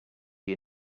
you